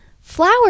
flower